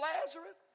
Lazarus